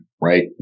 right